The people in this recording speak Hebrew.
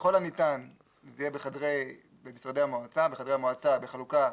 ככל הניתן זה יהיה במשרדי המועצה, בחדרי המועצה,